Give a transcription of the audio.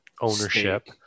ownership